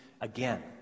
again